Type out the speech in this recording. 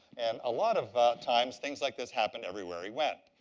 and a lot of times, things like this happened everywhere he went.